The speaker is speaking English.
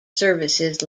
services